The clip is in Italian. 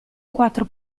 quattro